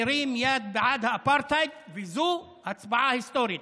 מרים יד בעד האפרטהייד וזו הצבעה היסטורית.